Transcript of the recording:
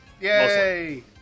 Yay